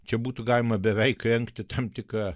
čia būtų galima beveik rengti tam tikrą